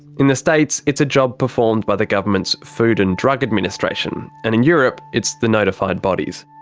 in the states, it's a job performed by the government's food and drug administration, and in europe, it's the notified bodies.